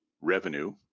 revenue